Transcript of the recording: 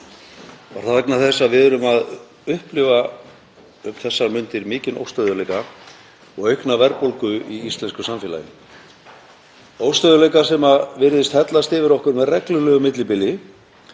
var það vegna þess að við erum að upplifa um þessar mundir mikinn óstöðugleika og aukna verðbólgu í íslensku samfélagi, óstöðugleika sem virðist hellast yfir okkur með reglulegu millibili